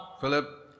Philip